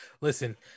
listen